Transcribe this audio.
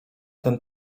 ten